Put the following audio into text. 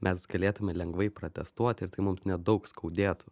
mes galėtume lengvai protestuot ir tai mums nedaug skaudėtų